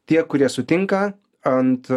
tie kurie sutinka ant